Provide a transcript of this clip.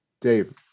Dave